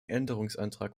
änderungsantrag